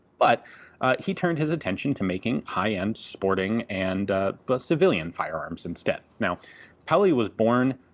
but he turned his attention to making high-end sporting and but civilian firearms instead. now pauly was born